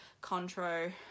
contro